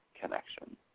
connection